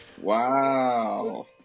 Wow